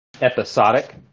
episodic